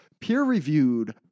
peer-reviewed